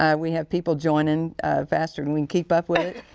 ah we have people joining faster than we can keep up with it.